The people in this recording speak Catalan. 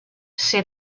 ser